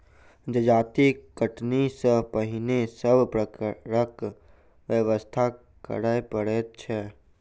जजाति कटनी सॅ पहिने सभ प्रकारक व्यवस्था करय पड़ैत छै